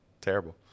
Terrible